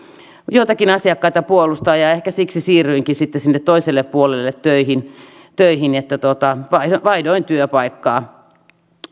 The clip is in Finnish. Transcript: joitakin asiakkaita puolustaa ja ehkä siksi siirryinkin sitten sinne toiselle puolelle töihin töihin vaihdoin työpaikkaa